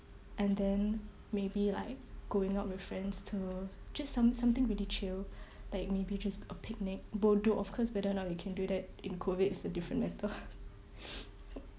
and then maybe like going out with friends to just some~ something really chill like maybe just a picnic bodoh of course whether or not we can do that in COVID is a different matter